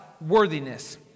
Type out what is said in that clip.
worthiness